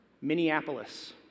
Minneapolis